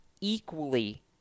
equally